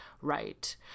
right